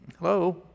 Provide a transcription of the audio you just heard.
Hello